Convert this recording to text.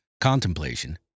contemplation